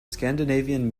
scandinavian